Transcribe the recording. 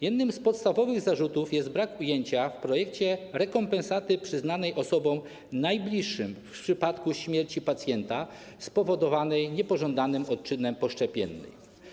Jednym z podstawowych zarzutów jest nieuwzględnienie w projekcie rekompensaty przyznawanej osobom najbliższym w przypadku śmierci pacjenta spowodowanej niepożądanym odczynem poszczepiennym.